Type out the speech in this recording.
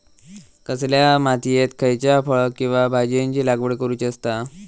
कसल्या मातीयेत खयच्या फळ किंवा भाजीयेंची लागवड करुची असता?